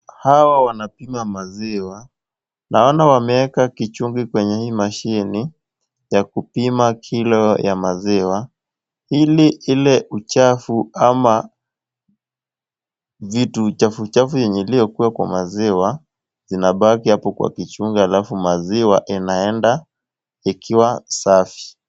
Hawa wanapima maziwa, naona wameweka kichungi kwenye hii mashine ya kupima kilo ya maziwa ili ule uchafu ama vitu chafuchafu yenye iliyokuwa kwa maziwa zinabaki hapo kwa kichungi halafu maziwa inaenda ikiwa safi.